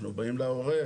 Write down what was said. אנחנו באים אל ההורה,